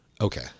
Okay